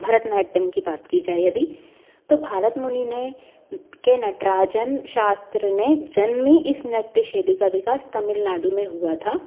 भरतनाट्यम की बात की जाए अभी तो भारत मुनि ने के नटराजन शास्त्र ने जन्मी में इस नृत्य शैली का विकास तमिल नाडु में हुआ था